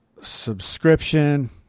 subscription